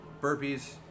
burpees